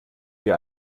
wir